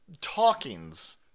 talkings